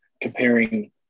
comparing